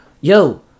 Yo